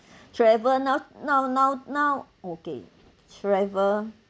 travel now now now now okay travel